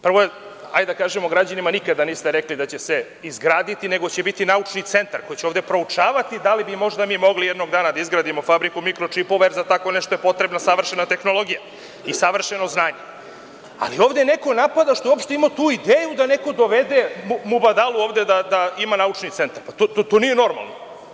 Prvo, građanima nikada niste rekli da će se izgraditi, nego će biti naučni centar koji će ovde proučavati da li bi mi možda mogli jednog dana da izgradimo fabriku mikročipova, jer za tako nešto je potrebna savršena tehnologija, savršeno znanje, ali ovde neko napada, što uopšte imamo tu ideju da neko dovede Mubadalu ovde da ima naučni centar, pa to nije normalno.